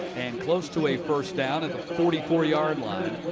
and close to a first down at the forty four yard line.